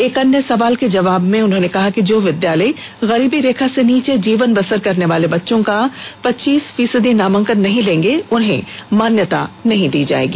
एक अन्य सवाल के जवाब में उन्होंने कहा कि जो विद्यालय गरीबी रेखा से नीचे जीवन बसर करनेवाले बच्चों का पच्चीस फीसदी नामांकन नहीं लेंगे उन्हें मान्यता नहीं दी जाएगी